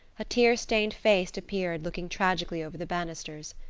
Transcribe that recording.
a tear-stained face appeared, looking tragically over the banisters.